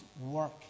work